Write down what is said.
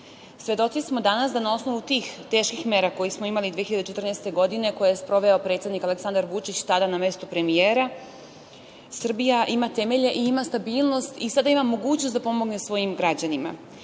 smo danas da na osnovu tih teških mera koje smo imali 2014. godine koje je sproveo Aleksandar Vučić, tada na mestu premijera, Srbija ima temelje i ima stabilnost i sada ima mogućnost da pomogne svojim građanima.